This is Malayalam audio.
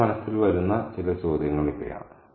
നമ്മുടെ മനസ്സിൽ വരുന്ന ചില ചോദ്യങ്ങൾ ഇവയാണ്